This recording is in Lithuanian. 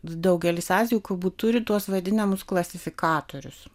daugelis azijos kubų turi tuos vadinamus klasifikatorius